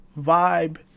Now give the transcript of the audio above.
vibe